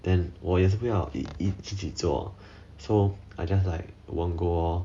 then 我也是不要自己坐 so I just like won't go lor